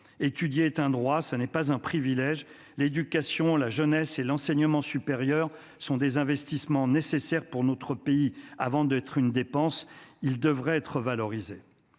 Étudier est un droit, pas un privilège. L'éducation, la jeunesse et l'enseignement supérieur sont des investissements nécessaires pour notre pays, avant d'être des dépenses. Ils devraient donc être valorisés.